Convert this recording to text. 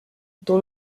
dans